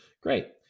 Great